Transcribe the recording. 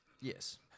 Yes